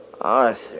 Arthur